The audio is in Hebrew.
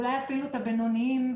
ואולי אפילו את הבינוניים,